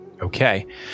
Okay